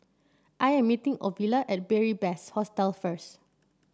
I am meeting Ovila at Beary Best Hostel first